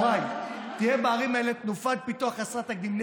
יוראי, תראה בערים האלה תנופת פיתוח חסרת תקדים.